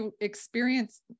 experience